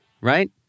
right